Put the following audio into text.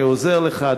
אני עוזר לך,